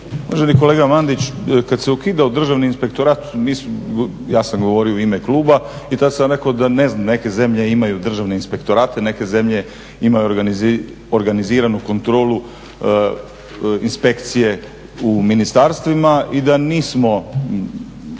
Uvaženi kolega Mandić, kad se ukidao Državni inspektorat ja sam govorio u ime kluba i tad sam rekao da ne znam, neke zemlje imaju Državne inspektorate, neke zemlje imaju organiziranu kontrolu inspekcije u ministarstvima i da nismo